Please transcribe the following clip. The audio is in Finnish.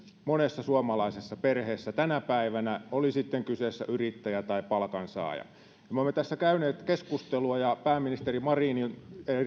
monessa suomalaisessa perheessä tänä päivänä oli kyseessä sitten yrittäjä tai palkansaaja me olemme tässä käyneet keskustelua ja pääministeri marinin